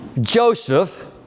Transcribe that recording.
Joseph